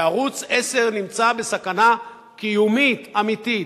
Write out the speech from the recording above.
וערוץ-10 נמצא בסכנה קיומית אמיתית.